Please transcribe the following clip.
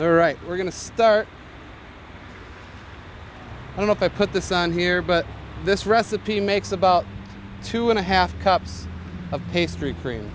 right we're going to start i don't know if i put the sun here but this recipe makes about two and a half cups of pastry cream